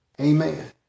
Amen